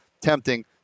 tempting